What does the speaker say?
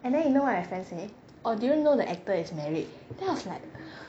and then you know what my friend say oh do you know the actor is married then I was like